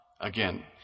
again